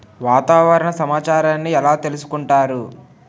వాతావరణ సమాచారాన్ని ఎలా తెలుసుకుంటారు?